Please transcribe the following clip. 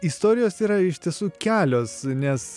istorijos yra iš tiesų kelios nes